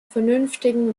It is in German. vernünftigen